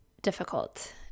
difficult